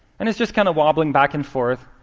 and it's just kind of wobbling back and forth.